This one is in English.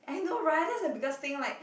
I know right that's like the biggest thing like